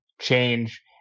change